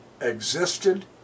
existed